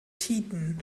tiden